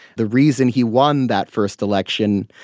the reason he won that first election,